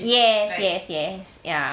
yes yes yes ya